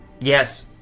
Yes